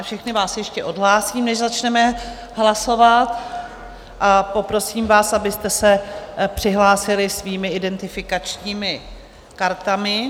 Všechny vás ještě odhlásím, než začneme hlasovat, a poprosím vás, abyste se přihlásili svými identifikačními kartami.